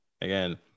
again